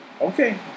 okay